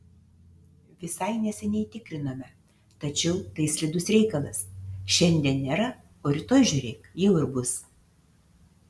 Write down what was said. visai neseniai tikrinome tačiau tai slidus reikalas šiandien nėra o rytoj žiūrėk jau ir bus